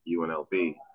UNLV